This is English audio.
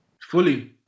Fully